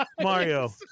Mario